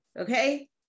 okay